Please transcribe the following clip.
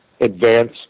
advance